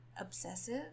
obsessive